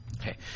okay